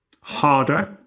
harder